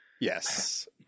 yes